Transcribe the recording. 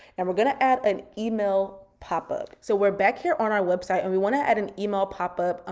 and we're gonna add an email pop-up. so we're back here on our website and we wanna add an email pop-up.